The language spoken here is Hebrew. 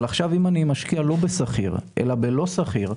אבל עכשיו אם אני משקיע לא בסחיר אלא בלא סחיר,